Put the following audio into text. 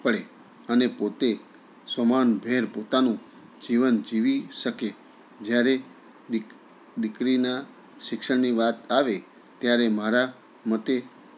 પડે અને પોતે સ્વમાનભેર પોતાનું જીવન જીવી શકે જ્યારે દીક દીકરીના શિક્ષણની વાત આવે ત્યારે મારા મતે